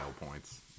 points